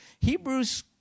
Hebrews